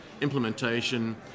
implementation